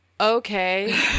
okay